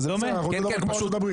אז זה בסדר, לפחות אנחנו כמו ארצות הברית.